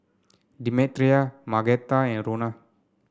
Demetria Margaretta and Rona